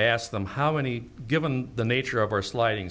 asked them how many given the nature of our sliding